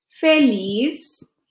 Feliz